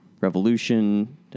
revolution